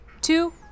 two